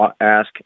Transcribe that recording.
ask